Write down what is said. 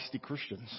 Christians